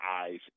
eyes